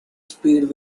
speed